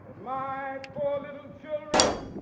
my four little children